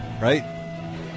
Right